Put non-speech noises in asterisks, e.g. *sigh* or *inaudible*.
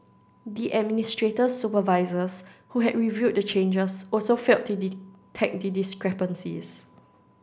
the administrator's supervisors who had reviewed the changes also failed *unintelligible* the discrepancies